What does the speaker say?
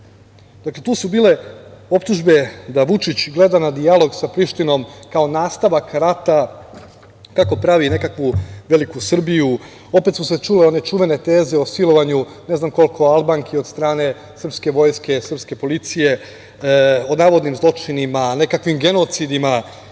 Kosova. Dakle, tu su bile optužbe da Vučić gleda na dijalog sa Prištinom kao nastavak rata, kako pravi nekakvu veliku Srbiju. Opet su se čule one čuvene teze o silovanju ne znam koliko Albanki od strane srpske vojske, srpske policije, o navodnim zločinima, nekakvim genocidima